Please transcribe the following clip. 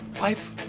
life